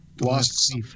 Lost